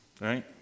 right